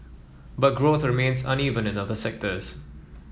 but growth remains uneven in other sectors